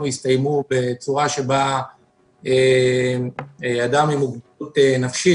הסתיימו בצורה שבה היו מעורבים אנשים עם מוגבלות נפשית.